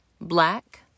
black